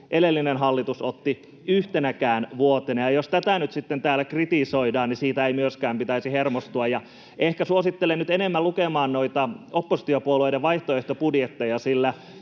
edellinen hallitus otti yhtenäkään vuotena. Jos tätä nyt sitten täällä kritisoidaan, niin siitä ei myöskään pitäisi hermostua. Ehkä suosittelen nyt enemmän lukemaan noita oppositiopuolueiden vaihtoehtobudjetteja, sillä